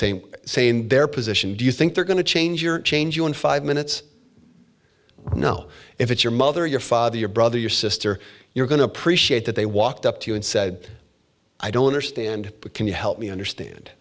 saying say in their position do you think they're going to change your and change you in five minutes you know if it's your mother your father your brother your sister you're going to appreciate that they walked up to you and said i don't understand but can you help me understand